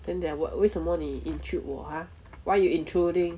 then they are what 为什么你 intrude 我 ah why you intruding